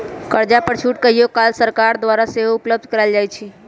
कर्जा पर छूट कहियो काल सरकार द्वारा सेहो उपलब्ध करायल जाइ छइ